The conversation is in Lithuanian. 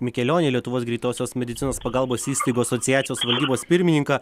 mikelionį lietuvos greitosios medicinos pagalbos įstaigų asociacijos valdybos pirmininką